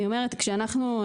כשאנחנו,